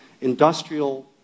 industrial